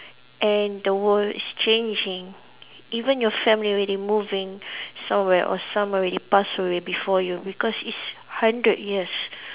and the world is changing even your family already moving somewhere or someone already passed away before you because it's hundred years